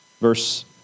Verse